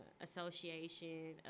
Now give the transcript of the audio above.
Association